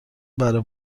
برا